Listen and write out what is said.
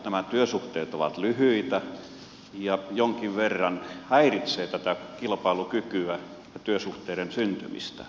nämä työsuhteet ovat lyhyitä ja jonkin verran häiritsevät tätä kilpailukykyä ja työsuhteiden syntymistä